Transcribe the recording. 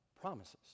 promises